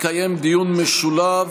התקיים דיון משולב